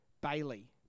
Bailey